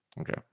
Okay